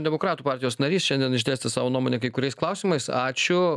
demokratų partijos narys šiandien išdėstė savo nuomonę kai kuriais klausimais ačiū